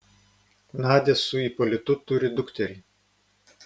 nadia su ipolitu turi dukterį